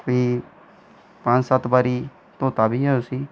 भी पंज सत्त बारी धोता बी ऐ उसी